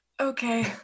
okay